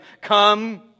Come